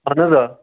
اہن حظ آ